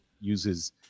uses